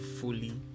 fully